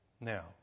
Now